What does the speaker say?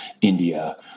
India